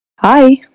Hi